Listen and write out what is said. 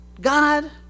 God